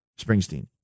Springsteen